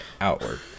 Outward